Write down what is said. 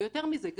יותר מזה,